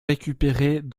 récupérés